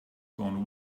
gone